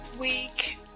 week